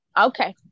Okay